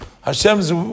Hashem's